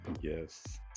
Yes